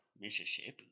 Mississippi